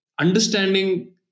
understanding